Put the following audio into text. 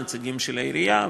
נציגים של העירייה,